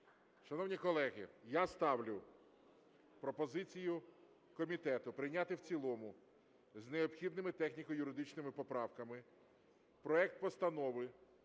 Шановні колеги, я ставлю пропозицію комітету прийняти в цілому з необхідними техніко-юридичними поправками проект Постанови